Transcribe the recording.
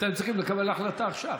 אתם צריכים לקבל החלטה עכשיו.